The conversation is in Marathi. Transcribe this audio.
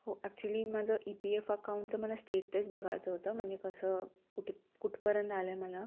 हो ॲक्चुअली माझं ई पी एफ अकाऊंटचं मला स्टेटस बघायचं होतं म्हणजे कसं कुठे कुठपर्यंत आलं आहे मला